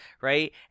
right